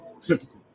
Typical